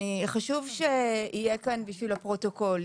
חשוב שיהיה כאן בשביל הפרוטוקול.